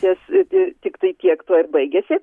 ties tiktai tiek tuo ir baigiasi